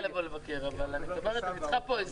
אני נוסעת אליה כדי לבקר, אבל אני צריכה עזרה.